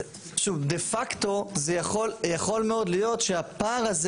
דה פקטו יכול מאוד להיות שהפער הזה